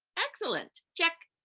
excellent. check.